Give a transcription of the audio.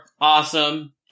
awesome